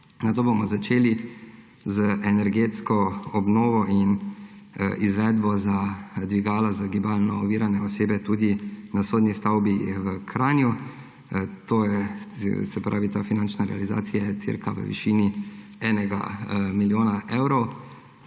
Nato bomo začeli z energetsko obnovo in izvedbo dvigala za gibalno ovirane osebe tudi na sodni stavbi v Kranju. Ta finančna realizacija je v višini 1 milijona evrov.